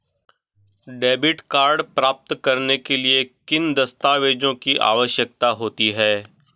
Debit card प्राप्त करने के लिए किन दस्तावेज़ों की आवश्यकता होती है?